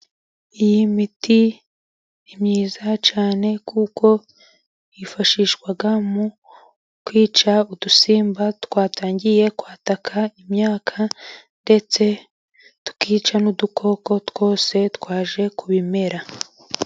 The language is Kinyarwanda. Iyi miti ni myiza cyane kuko yifashishwa mu kwica udusimba twatangiye kwataka imyaka, ndetse tukica n'udukoko twose twaje ku bimera.